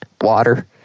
water